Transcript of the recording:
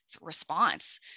response